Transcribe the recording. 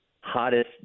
hottest